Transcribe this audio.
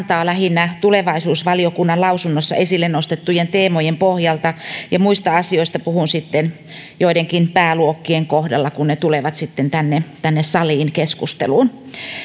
lähinnä tulevaisuusvaliokunnan lausunnossa esille nostettujen teemojen pohjalta ja muista asioista puhun sitten joidenkin pääluokkien kohdalla kun ne tulevat tänne tänne saliin keskusteluun